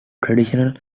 traditional